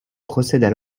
procèdent